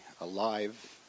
alive